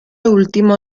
último